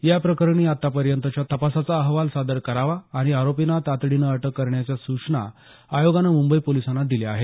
या प्रकरणी आतापर्यंतच्या तपासाचा अहवाल सादर करावा आणि आरोपींना तातडीने अटक करण्याच्या सूचना आयोगाने मुंबई पोलिसांना दिल्या आहेत